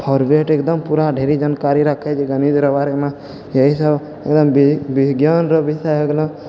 फॉरवेट एकदम पूरा ढेरी जानकारी रखै छै गणित रऽ बारे मे यही सभ एकदम बी बिज्ञान रऽ बिषय हो गेलौ